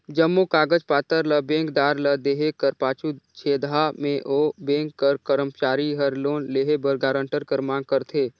जम्मो कागज पाथर ल बेंकदार ल देहे कर पाछू छेदहा में ओ बेंक कर करमचारी हर लोन लेहे बर गारंटर कर मांग करथे